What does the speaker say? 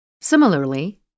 Similarly